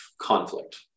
conflict